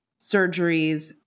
surgeries